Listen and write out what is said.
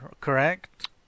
correct